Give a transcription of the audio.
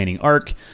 arc